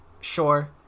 sure